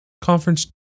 Conference